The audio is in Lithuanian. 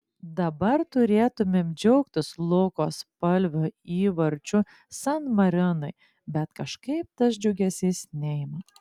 dabar turėtumėm džiaugtis luko spalvio įvarčiu san marinui bet kažkaip tas džiugesys neima